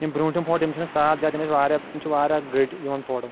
یِم برٛونٛٹھِم فوٗن تِم چھِنہٕ صاف زیادٕ تِم ٲسۍ واریاہ تِم چھِ واریاہ گٔٹۍ یِوان فوٹو